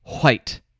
White